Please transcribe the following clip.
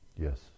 Yes